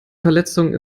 verletzung